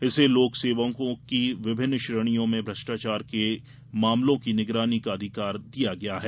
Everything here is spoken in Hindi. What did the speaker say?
इसे लोकसेवकों की विभिन्न श्रेणियों में भ्रष्टाचार के मामलों की निगरानी का अधिकार दिया गया है